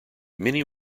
many